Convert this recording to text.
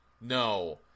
no